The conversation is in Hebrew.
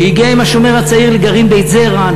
שהגיע עם "השומר הצעיר" לגרעין בית-זרע,